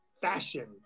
fashion